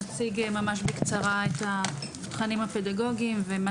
נציג ממש בקצרה את התכנים הפדגוגים ומה